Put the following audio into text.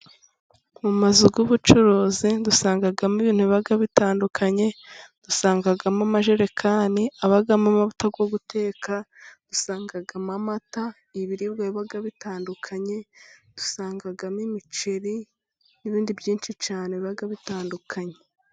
Mu mazu y'ubucuruzi dusangamo ibintu biba bitandukanye, dusangamo amajerekani abamo amavuto yo guteka, dusangamo amata, ibiribwa biba bitandukanye, dusangamo imiceri, n'ibindi byinshi cyane biba bitandukanye.